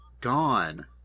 gone